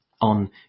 on